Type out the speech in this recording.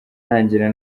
ntangira